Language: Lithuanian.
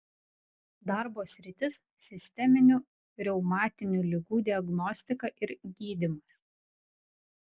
darbo sritis sisteminių reumatinių ligų diagnostika ir gydymas